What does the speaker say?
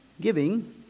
giving